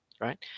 right